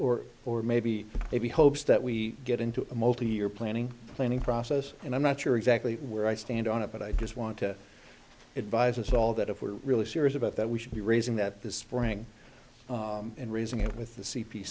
or or maybe maybe hopes that we get into a multi year planning planning process and i'm not sure exactly where i stand on it but i just want to advise us all that if we're really serious about that we should be raising that this spring and raising it with